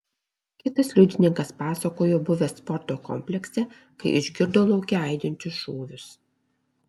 kitas liudininkas pasakojo buvęs sporto komplekse kai išgirdo lauke aidinčius šūvius